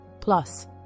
Plus